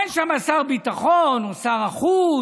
אין שם שר הביטחון או שר החוץ,